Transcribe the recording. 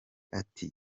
ati